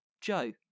joe